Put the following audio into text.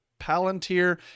Palantir